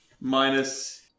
minus